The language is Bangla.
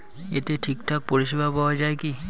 এতে ঠিকঠাক পরিষেবা পাওয়া য়ায় কি?